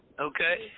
Okay